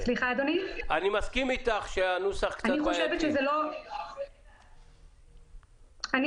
והוא צריך כמובן להיות אחראי